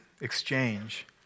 exchange